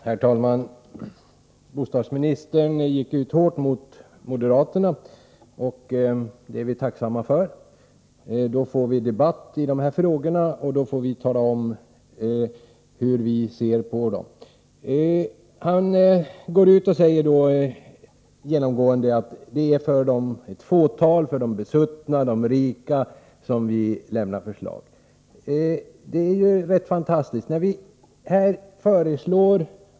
Herr talman! Bostadsministern gick ut hårt mot moderaterna, och det är vi tacksamma för. Då blir det debatt i de här frågorna, och då får vi tala om, hur vi ser på dem. Bostadsministern hävdar genomgående att det är med tanke på ett fåtal rika, med tanke på de besuttna, som vi lägger fram förslag. Det är ju rätt fantastiskt!